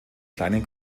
kleinen